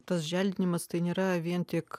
tas želdinimas tai nėra vien tik